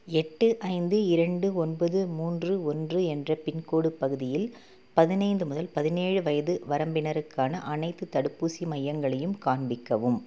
எட்டு ஐந்து இரண்டு ஒன்பது மூன்று ஒன்று என்ற பின்கோடு பகுதியில் பதினைந்து முதல் பதினேழு வயது வரம்பினருக்கான அனைத்துத் தடுப்பூசி மையங்களையும் காண்பிக்கவும்